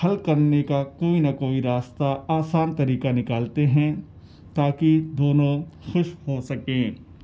حل کرنے کا کوئی نہ کوئی راستہ آسان طریقہ نکالتے ہیں تاکہ دونوں خوش ہو سکیں